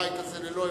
הבית הזה, ללא הבדל.